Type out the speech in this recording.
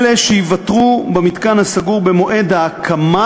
אלה שייוותרו במתקן הסמוך במועד ההקמה